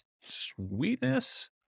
Sweetness